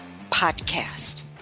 podcast